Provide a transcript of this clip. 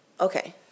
Okay